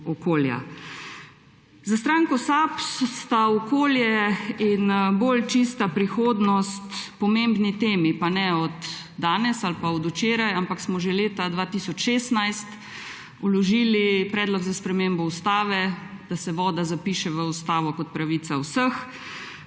Za stranko SAB sta okolje in bolj čista prihodnost pomembni temi. Pa ne od danes ali pa od včeraj, ampak smo že leta 2016 vložili predlog za spremembo ustave, da se voda zapiše v ustavo kot pravica vseh.